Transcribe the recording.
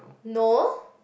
no